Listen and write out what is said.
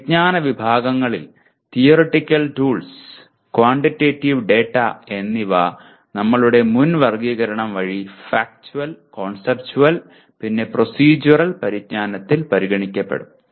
ഈ വിജ്ഞാന വിഭാഗങ്ങളിൽ തിയോറെറ്റിക്കൽ ടൂൾസ് ക്വാണ്ടിറ്റേറ്റീവ് ഡാറ്റ എന്നിവ നമ്മളുടെ മുൻ വർഗ്ഗീകരണം വഴി ഫാക്ചുവൽ കോൺസെപ്റ്റുവൽ പിന്നെ പ്രോസെഡ്യൂറൽ പരിജ്ഞാനത്തിൽ പരിഗണിക്കപ്പെടും